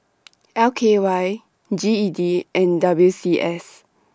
L K Y G E D and W C S